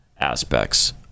aspects